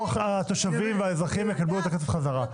התושבים והאזרחים יקבלו את הכסף חזרה.